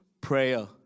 prayer